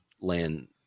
land